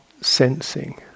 sensing